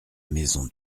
maison